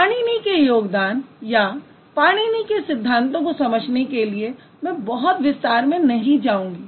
पाणिनी के योगदान या पाणिनी के सिद्धांतों को समझने के लिए मैं बहुत विस्तार में नहीं जाऊँगी